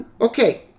Okay